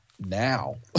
now